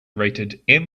rated